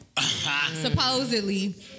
Supposedly